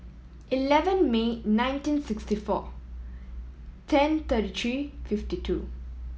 eleven May nineteen sixty four ten thirty three fifty two